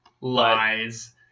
Lies